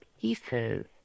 pieces